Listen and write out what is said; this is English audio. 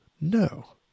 No